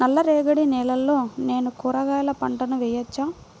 నల్ల రేగడి నేలలో నేను కూరగాయల పంటను వేయచ్చా?